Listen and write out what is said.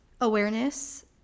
Awareness